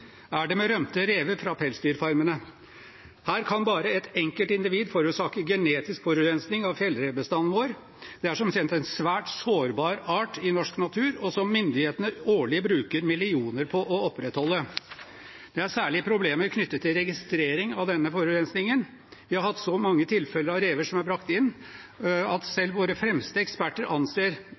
er det med rømte rever fra pelsdyrfarmene. Her kan bare ett enkelt individ forårsake genetisk forurensning av fjellrevbestanden vår. Det er som kjent en svært sårbart art i norsk natur, og som myndighetene årlig bruker millioner på å opprettholde. Det er særlige problemer knyttet til registrering av denne forurensningen. Vi har hatt mange tilfeller av rever som er brakt inn, som selv av våre fremste eksperter